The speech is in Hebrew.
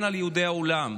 להגן על יהודי העולם.